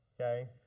okay